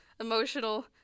emotional